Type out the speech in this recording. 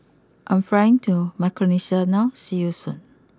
I am flying to Micronesia now see you Soon